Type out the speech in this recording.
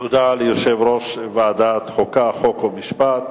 תודה ליושב-ראש ועדת החוקה, חוק ומשפט.